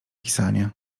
pisanie